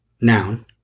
noun